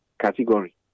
category